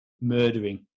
murdering